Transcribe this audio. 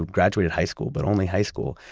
graduated high school, but only high school,